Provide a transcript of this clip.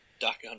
Duck